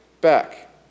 back